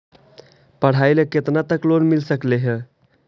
पढाई ल केतना तक लोन मिल सकले हे?